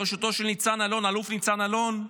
בראשותו של האלוף ניצן אלון,